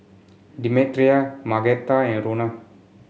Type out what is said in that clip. Demetria Margaretta and Rona